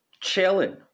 Chilling